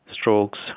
strokes